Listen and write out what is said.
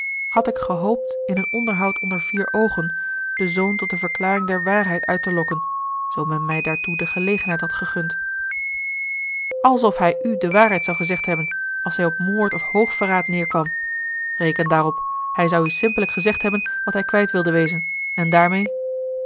had ik gehoopt in een onderhoud onder vier oogen den zoon tot de verklaring der waarheid uit te lokken zoo men mij daartoe de gelegenheid had gegund alsof hij u de waarheid zou gezegd hebben als zij op moord of hoogverraad neêrkwam reken daarop hij zou u simpellijk gezegd hebben wat hij kwijt wilde wezen en daarmeê